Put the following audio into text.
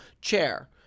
chair